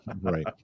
right